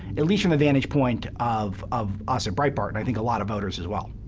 at least from the vantage point of of us at breitbart, and i think a lot of voters as well.